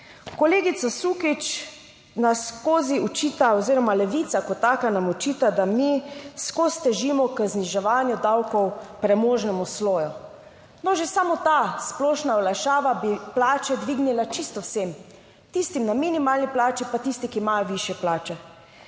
Kolegica Sukič nam skozi očita oziroma Levica kot taka nam očita, da mi skozi težimo k zniževanju davkov premožnemu sloju. No, že samo ta splošna olajšava bi plače dvignila čisto vsem, tistim na minimalni plači, pa tisti, ki imajo višje plače.